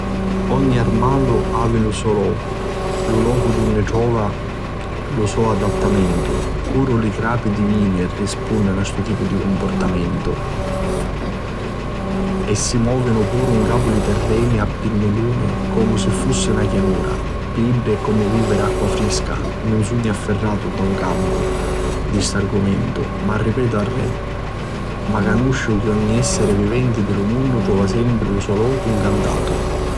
Ogni armalu havi lu so locu, lu locu dunni trova lu so adattamentu. Puru li crapi di nivi rispunninu a stu tipu di cumpurtamentu e si mòvinu puru 'n capu li tirreni a pinninu comu si fussiru 'n chianura. Pi iddi è comu vìviri acqua frisca. Nun sugnu affirratu 'n capu a st'argumentu, lu ripetu arrè, ma capisciu chi ogni essiri viventi di lu munnu trova sempri lu so locu ncantatu.